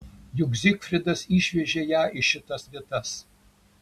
juk zigfridas išvežė ją į šitas vietas